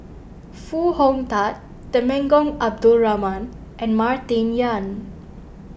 Foo Hong Tatt Temenggong Abdul Rahman and Martin Yan